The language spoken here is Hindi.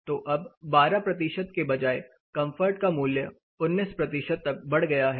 तो अब 12 के बजाय कंफर्ट का मूल्य 19 तक बढ़ गया है